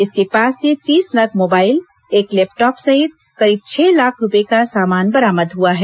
इसके पास से तीस नग मोबाइल एक लैपटॉप सहित करीब छह लाख रूपये का सामान बरामद हुआ है